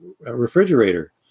refrigerator